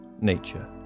nature